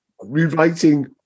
rewriting